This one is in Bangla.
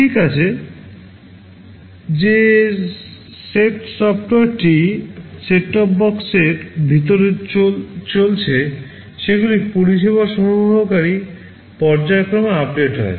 ঠিক আছে যে সেট সফটওয়্যারটি সেট টপ বক্সের ভিতরে চলছে সেগুলি পরিষেবা সরবরাহকারী পর্যায়ক্রমে আপডেট হয়